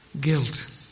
guilt